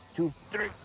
two, three.